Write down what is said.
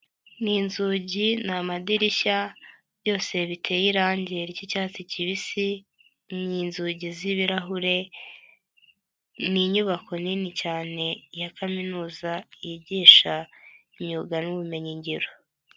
Ni inzugi, ni amadirishya byose biteye irange ry'icyatsi kibisi, ni inzugi z'ibirahure, ni inyubako nini cyane ya kaminuza yigisha imyuga n'ubumenyingiro.